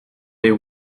les